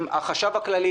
עם החשב הכללי.